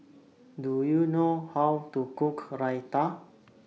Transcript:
Do YOU know How to Cook Raita